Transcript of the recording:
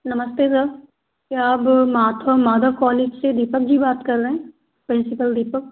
नमस्ते सर आप मात्र माधव कॉलेज से दीपक जी बात कर रहे हैं प्रिंसिपल दीपक